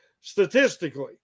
statistically